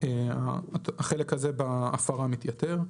החלק הזה בהפרה מתייתר.